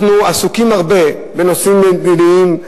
אנחנו עסוקים הרבה בנושאים מדיניים,